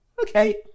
okay